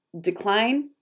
decline